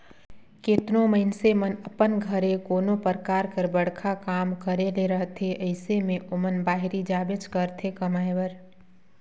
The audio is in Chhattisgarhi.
केतनो मइनसे मन अपन घरे कोनो परकार कर बड़खा काम करे ले रहथे अइसे में ओमन बाहिरे जाबेच करथे कमाए बर